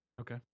Okay